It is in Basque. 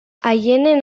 aieneen